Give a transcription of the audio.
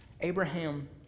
Abraham